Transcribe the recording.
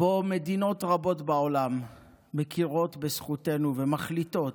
שבו מדינות רבות בעולם מכירות בזכותנו ומחליטות